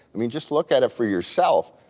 i mean just look at it for yourself,